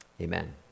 Amen